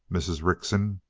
mrs. rickson.